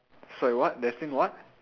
sorry what destined what